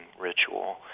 ritual